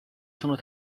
sono